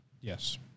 Yes